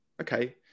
okay